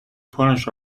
punish